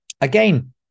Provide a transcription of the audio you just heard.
again